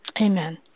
Amen